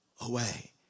away